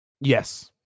Yes